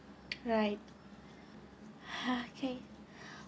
right okay